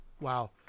Wow